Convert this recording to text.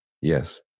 Yes